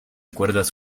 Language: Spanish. cuerdas